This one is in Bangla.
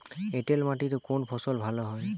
এঁটেল মাটিতে কোন ফসল ভালো হয়?